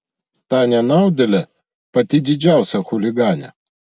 ta nenaudėlė pati didžiausia chuliganė